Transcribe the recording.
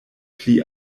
pli